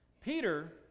Peter